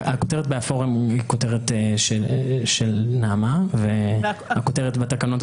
כוח ההצבעה 159ט1הגשת תביעת חוב הורה בית המשפט על הבאת הסדר